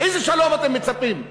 לאיזה שלום אתם מצפים?